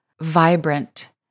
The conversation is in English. vibrant